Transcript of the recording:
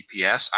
GPS